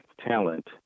talent